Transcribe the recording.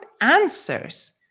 answers